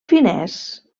finès